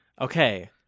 Okay